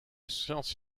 science